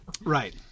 Right